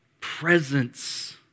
presence